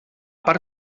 part